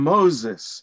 Moses